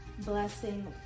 blessing